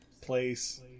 place